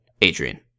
Adrian